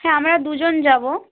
হ্যাঁ আমরা দুজন যাব